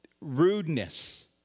Rudeness